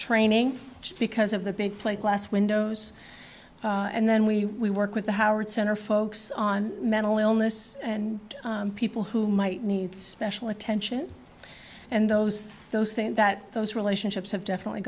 training because of the big plate glass windows and then we we work with the howard center folks on mental illness and people who might need special attention and those those things that those relationships have definitely